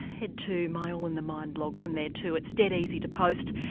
head to my all in the mind blog from there too, it's dead easy to post.